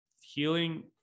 Healing